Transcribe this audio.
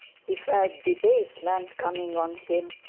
he felt debasement coming on him,